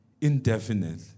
Indefinite